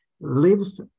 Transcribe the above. lives